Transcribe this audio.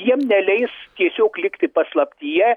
jiem neleis tiesiog likti paslaptyje